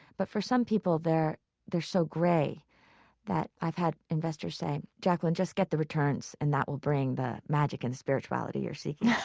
but for some people, they're they're so gray that i've had investors say, jacqueline, just get the returns and that will bring the magic and spirituality you're seeking. yeah